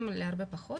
זכאים להרבה פחות,